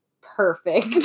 Perfect